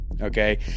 Okay